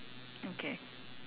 okay